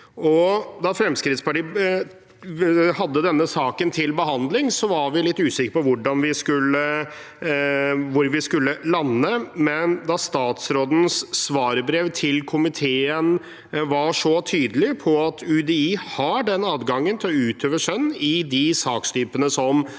Da Fremskrittspartiet hadde denne saken til behandling, var vi litt usikre på hvor vi skulle lande, men da statsrådens svarbrev til komiteen var så tydelig på at UDI har adgang til å utøve skjønn i de sakstypene